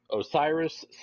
Osiris